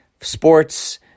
sports